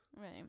Right